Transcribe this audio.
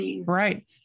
Right